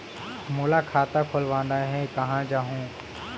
मोला खाता खोलवाना हे, कहाँ जाहूँ?